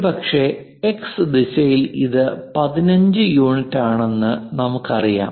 ഒരുപക്ഷേ എക്സ് ദിശയിൽ ഇത് 15 യൂണിറ്റാണെന്ന് നമുക്കറിയാം